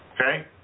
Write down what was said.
Okay